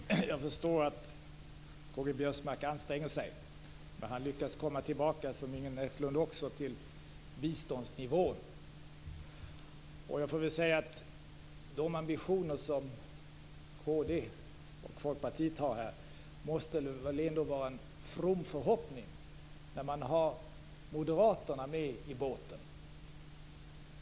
Fru talman! Jag förstår att Karl-Göran Biörsmark anstränger sig. Men han lyckas, liksom Ingrid Näslund, att komma tillbaka till biståndsnivån. Jag får säga att de ambitioner som kd och Folkpartiet har måste väl ändå vara en from förhoppning när man har moderaterna med i båten.